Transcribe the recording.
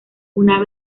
una